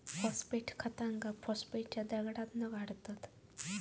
phosphate खतांका फॉस्फेटच्या दगडातना काढतत